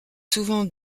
souvent